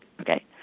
okay